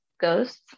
ghosts